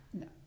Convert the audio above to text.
no